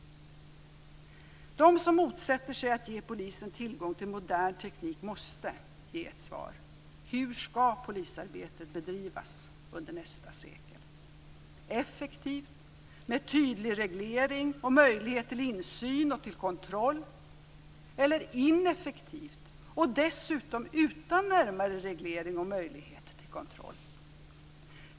De som motsätter sig att polisen får tillgång till modern teknik måste ge ett svar: Hur skall polisarbetet bedrivas under nästa sekel, effektivt med tydlig reglering och möjlighet till insyn och kontroll, eller ineffektivt och dessutom utan närmare reglering och möjlighet till kontroll?